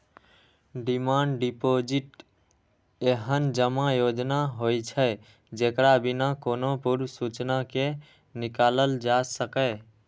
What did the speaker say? demand deposit एहन जमा योजना होइ छै, जेकरा बिना कोनो पूर्व सूचना के निकालल जा सकैए